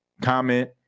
comment